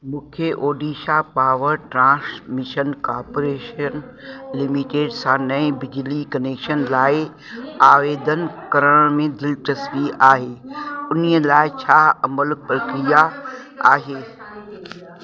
मूंखे Odisha power transmission corporation limited सां नए बिजली कनेक्शन लाइ आवेदन करण में दिलचस्पी आहे उनीअ लाइ छा अमल प्रक्रिया आहे